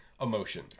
Emotion